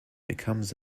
becomes